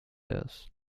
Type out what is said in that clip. death